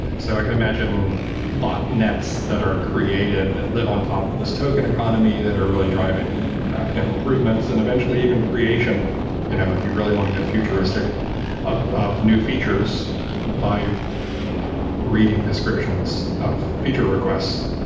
so i can imagine botnets that are created that live on top of this token economy that are really driving improvements and eventually even creation you know if you really want to get futuristic of of new features by reading descriptions of feature requests.